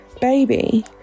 baby